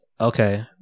Okay